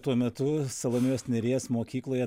tuo metu salomėjos nėries mokykloje